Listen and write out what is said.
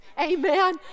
Amen